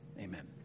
amen